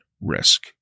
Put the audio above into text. risk